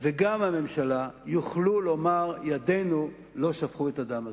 וגם הממשלה יוכלו לומר: ידינו לא שפכו את הדם הזה.